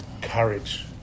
courage